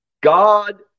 God